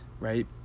right